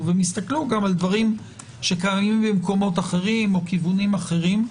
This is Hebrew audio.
- הסתכלו על דברים שקיימים במקומות אחרים או כיוונים אחרים.